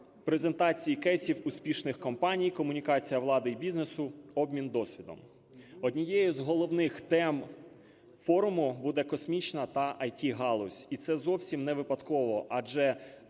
презентації кейсів успішних компаній, комунікація влади і бізнесу, обмін досвідом. Однією з головних тем форуму буде космічна та ІТ-галузь. І це зовсім невипадково, адже